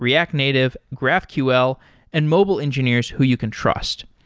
react native, graphql and mobile engineers who you can trust.